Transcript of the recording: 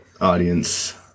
audience